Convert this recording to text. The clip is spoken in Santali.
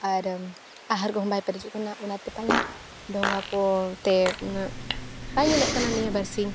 ᱟᱨ ᱟᱦᱟᱨ ᱠᱚᱦᱚᱸ ᱵᱟᱭ ᱯᱮᱨᱮᱡᱚᱜ ᱠᱟᱱᱟ ᱚᱱᱟᱛᱮ ᱯᱟᱞᱮᱱ ᱰᱷᱚᱸᱜᱟ ᱠᱚ ᱛᱮ ᱩᱱᱟᱹᱜ ᱵᱟᱭ ᱧᱮᱞᱚᱜ ᱠᱟᱱᱟ ᱱᱤᱭᱟᱹ ᱵᱟᱨᱥᱤᱧ